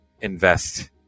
invest